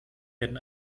werden